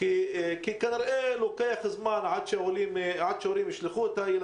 יש כמה נקודות עיקריות שרשמנו לפנינו ותכף חברי הכנסת יוסיפו עליהם.